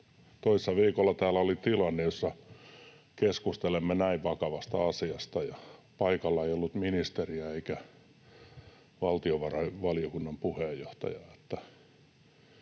toissa viikolla täällä oli tilanne, jossa keskustelimme näin vakavasta asiasta ja paikalla ei ollut ministeriä eikä valtiovarainvaliokunnan puheenjohtajaa.